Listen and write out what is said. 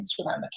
Instagram